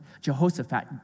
Jehoshaphat